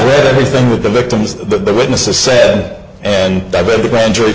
yes everything with the victims the witnesses said and the grand jury